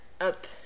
up